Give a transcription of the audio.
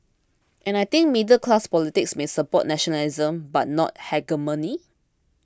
and I think middle class politics may support nationalism but not hegemony